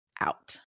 out